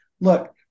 look